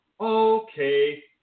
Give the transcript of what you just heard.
okay